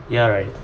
you are right